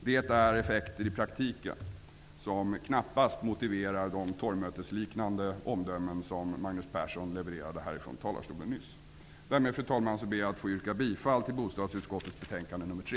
Det är en effekt som i praktiken knappast motiverar de torgmötesliknande omdömen som Därmed ber jag, fru talman, att få yrka bifall till bostadsutskottets hemställan i betänkande 3.